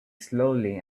slowly